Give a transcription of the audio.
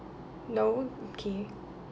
no okay